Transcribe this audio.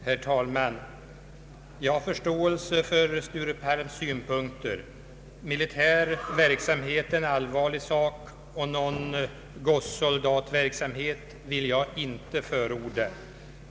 Herr talman! Jag har förståelse för herr Sture Palms synpunkter. Militär verksamhet är en allvarlig sak, och någon gossesoldatverksamhet vill jag inte förorda.